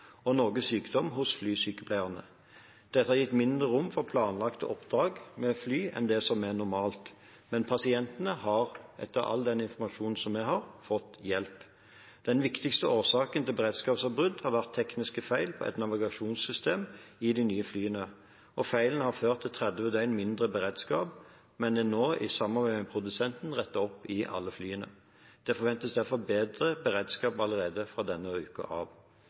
og noe sykdom hos flysykepleierne. Dette har gitt noe mindre rom for planlagte oppdrag med fly enn det som er normalt. Men pasientene har – etter all den informasjonen vi har – fått hjelp. Den viktigste årsaken til beredskapsavbrudd har vært tekniske feil på et navigasjonssystem i de nye flyene. Feilen har ført til 30 døgn mindre beredskap, men er nå i samarbeid med produsenten rettet opp i alle flyene. Det forventes derfor bedre beredskap allerede fra denne uken av.